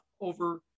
over